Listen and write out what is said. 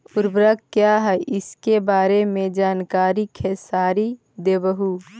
उर्वरक क्या इ सके बारे मे जानकारी खेसारी देबहू?